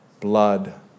blood